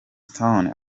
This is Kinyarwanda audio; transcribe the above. stone